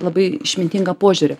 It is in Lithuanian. labai išmintingą požiūrį